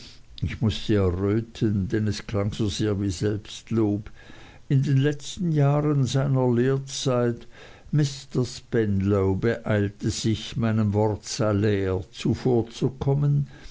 ich mußte erröten denn es klang so sehr wie selbstlob in den letzten jahren seiner lehrzeit mr spenlow beeilte sich meinem wort salair zuvorzukommen